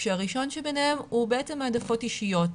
כשהראשון שביניהם הוא בעצם העדפות אישיות.